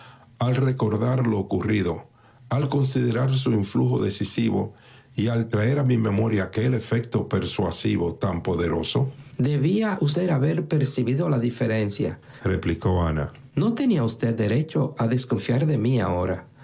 al recordar lo ocurrido al considerar su influjo decisivo y al traer a mi memoria aquel efecto persuasivo tan poderoso debía usted haber percibido la diferencia replicó ana no tenía usted derecho a desconfiar de mí ahora